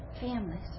families